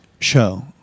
show